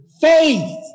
faith